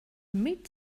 meet